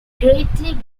greatly